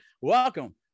Welcome